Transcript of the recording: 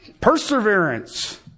Perseverance